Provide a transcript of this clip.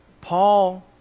Paul